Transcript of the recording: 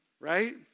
right